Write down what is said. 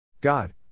God